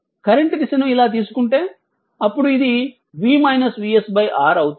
current దిశను ఇలా తీసుకుంటే అప్పుడు ఇది v vsR అవుతుంది